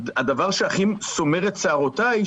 הדבר שהכי סומר את שערותיי,